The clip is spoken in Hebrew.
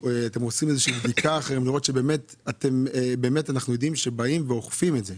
עושים איזו שהיא בדיקה כדי לראות שבאמת אוכפים את זה?